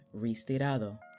Ristirado